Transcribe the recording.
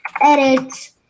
edit